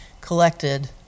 collected